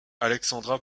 alexandra